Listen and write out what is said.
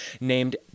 named